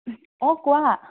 অঁ কোৱা